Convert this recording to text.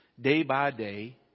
day-by-day